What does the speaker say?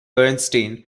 bernstein